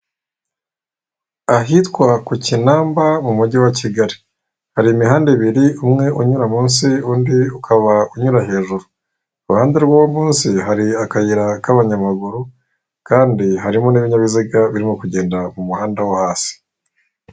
Ahitwa ku kinamba mu mujyi wa Kigali hari imihanda ibiri umwe unyura munsi undi ukaba unyura hejuru iruhande rw'uwo munsi hari akayira k'abanyamaguru kandi harimo n'ibinyabiziga birimo kugenda mu muhanda wo hasi.